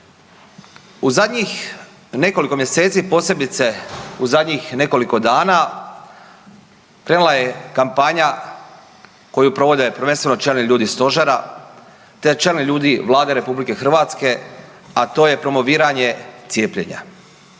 U zadnjih nekoliko mjeseci, posebice u zadnjih nekoliko dana krenula je kampanja koju provode prvenstveno čelni ljudi stožera te čelni ljudi Vlade RH, a to je promoviranje cijepljenja.